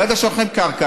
ברגע שלוקחים קרקע,